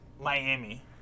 Miami